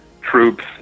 troops